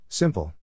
Simple